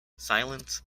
silence